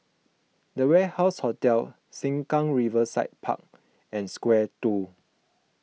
the Warehouse Hotel Sengkang Riverside Park and Square two